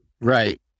Right